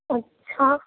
اچھا